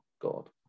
God